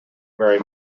very